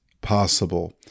possible